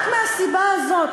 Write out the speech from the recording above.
רק מהסיבה הזאת,